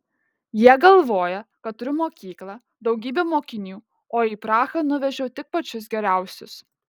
jie galvoja kad turiu mokyklą daugybę mokinių o į prahą nuvežiau tik pačius geriausius